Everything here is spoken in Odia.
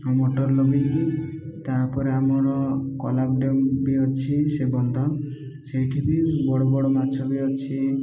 ମଟର ଲଗାଇକି ତା'ପରେ ଆମର କଲା ବି ଅଛି ସେ ବନ୍ଧ ସେଇଠି ବି ବଡ଼ ବଡ଼ ମାଛ ବି ଅଛି